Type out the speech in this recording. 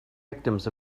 victims